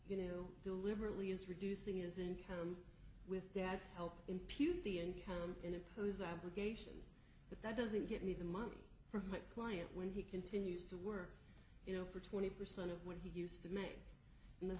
you know deliberately is reducing his income with dad's help impute the income and impose obligations but that doesn't get me the money from my client when he continues to work you know for twenty percent when he used to me and the